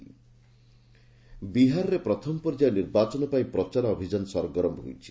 Bihar election ବିହାରରେ ପ୍ରଥମ ପର୍ଯ୍ୟାୟ ନିର୍ବାଚନ ପାଇଁ ପ୍ରଚାର ଅଭିଯାନ ସରଗରମ ହୋଇଛି